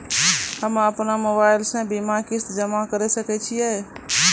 हम्मे अपन मोबाइल से बीमा किस्त जमा करें सकय छियै?